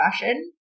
fashion